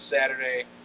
Saturday